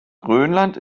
grönland